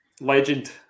legend